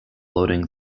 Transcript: loading